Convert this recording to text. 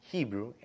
Hebrew